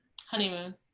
Honeymoon